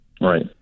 Right